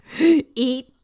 eat